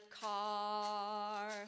car